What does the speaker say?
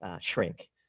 shrink